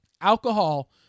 Alcohol